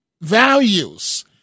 values